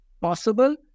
possible